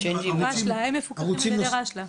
הם מפוקחים על ידי רשל"א.